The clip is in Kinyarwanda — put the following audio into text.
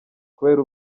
kubera